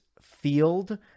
field